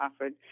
offered